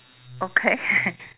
okay